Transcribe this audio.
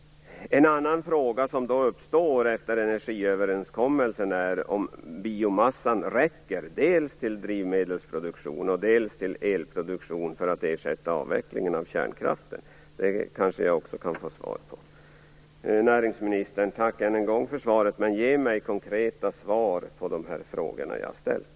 En annan fråga som uppkommer efter energiöverenskommelsen är om biomassan räcker dels till drivmedelsproduktion, dels till elproduktion för att ersätta avvecklingen av kärnkraften. Den kan jag kanske också få svar på. Tack än en gång för svaret, näringsministern, men ge mig konkreta svar på de frågor jag ställt.